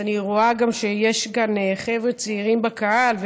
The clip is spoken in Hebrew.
אני רואה שיש כאן חבר'ה צעירים בקהל,